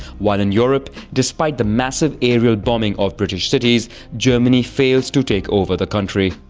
while in europe, despite the massive aerial bombing of british cities, germany fails to take over the country.